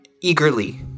eagerly